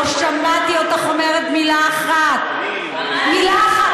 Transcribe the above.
לא שמעתי אותך אומרת מילה אחת, מילה אחת.